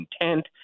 intent